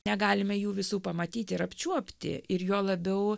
negalime jų visų pamatyti ir apčiuopti ir juo labiau